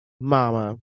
Mama